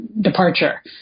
departure